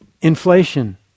inflation